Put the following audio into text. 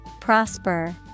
Prosper